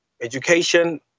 education